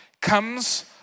comes